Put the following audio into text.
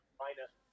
minus